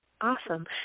awesome